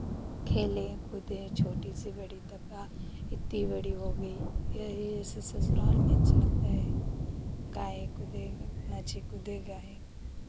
खेलें कूदें छोटी से बड़ी तक का इतनी बड़ी हो गई यही ऐसे ससुराल में अच्छा लगता है गाएँ कूदें नाचे कूदें गाएँ